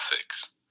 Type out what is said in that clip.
six